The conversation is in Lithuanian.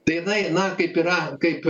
tai jinai na kaip yra kaip